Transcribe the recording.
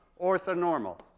orthonormal